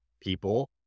people